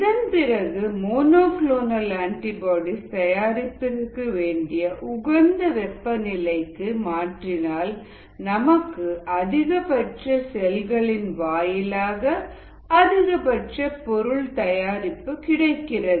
இதன்பிறகு monoclonal antibodies தயாரிப்பிற்கு வேண்டிய உகந்த வெப்பநிலைக்கு மாற்றினால் நமக்கு அதிகபட்ச செல்களின் வாயிலாக அதிகபட்ச பொருள் தயாரிப்பு கிடைக்கிறது